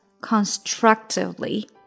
constructively